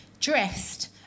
dressed